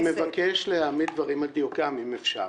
אני מבקש להעמיד דברים על דיוקם, אם אפשר.